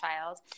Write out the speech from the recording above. child